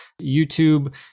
youtube